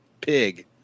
pig